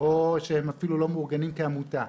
או שהם אפילו לא מאורגנים כעמותה.